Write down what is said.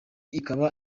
ikaba